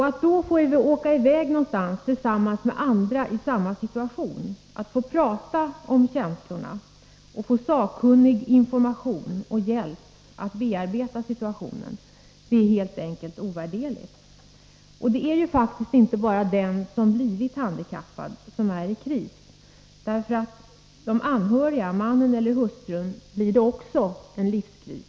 Att då få åka i väg någonstans tillsammans med andra i samma situation, att få prata om känslorna och få sakkunnig information och hjälp att bearbeta situationen är helt enkelt ovärderligt. Det är faktiskt inte bara den som blivit handikappad som är i kris — också för den anhörige, mannen eller hustrun, blir det en livskris.